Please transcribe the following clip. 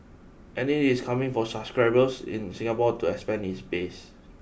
and it is coming for subscribers in Singapore to expand its base